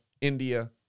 india